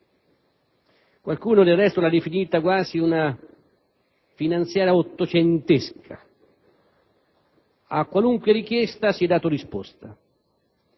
Qualcuno, del resto, l'ha definita quasi una finanziaria ottocentesca. A qualunque richiesta si è data risposta